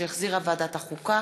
שהחזירה ועדת החוקה,